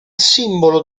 simbolo